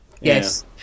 yes